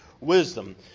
wisdom